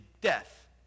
death